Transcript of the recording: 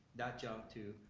that jumped to,